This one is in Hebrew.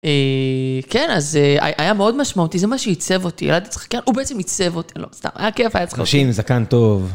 אה... כן, אז היה מאוד משמעותי, זה מה שעיצב אותי, ילד יצחק, כן, הוא בעצם עיצב אותי, לא, סתם, היה כיף, היה צחוק. אנשים, זקן טוב.